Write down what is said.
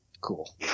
cool